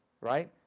right